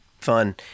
fun